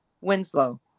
Winslow